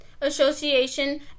Association